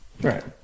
Right